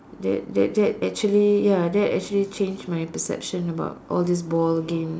that that that actually ya that actually change my perception about all this ball game